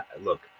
look